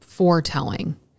foretelling